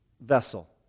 vessel